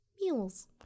mules